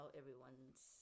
everyone's